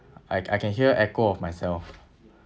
I I can hear echo of myself